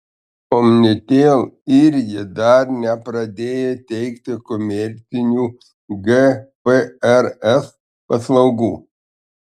omnitel irgi dar nepradėjo teikti komercinių gprs paslaugų